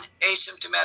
asymptomatic